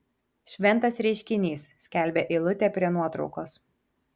šventas reiškinys skelbia eilutė prie nuotraukos